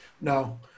No